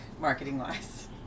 marketing-wise